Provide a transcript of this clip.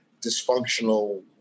dysfunctional